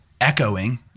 echoing